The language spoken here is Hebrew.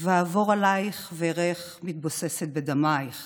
"ואעבֹר עליך ואראך מתבוססת בדמיִך